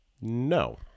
No